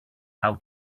how